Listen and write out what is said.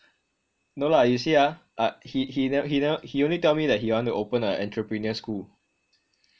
no lah you see ah he he ne~ he ne~ he only tell me he want to open an entrepreneur school